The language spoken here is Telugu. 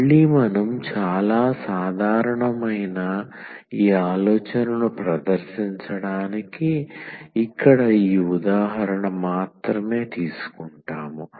మళ్ళీ మనం చాలా సాధారణమైన ఈ ఆలోచనను ప్రదర్శించడానికి ఇక్కడ ఈ ఉదాహరణ మాత్రమే తీసుకుంటాము